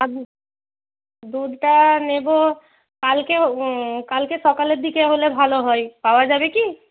আপনি দুধটা নেব কালকে কালকে সকালের দিকে হলে ভালো হয় পাওয়া যাবে কি